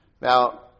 Now